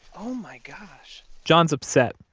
oh my gosh john's upset.